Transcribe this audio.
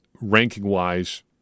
ranking-wise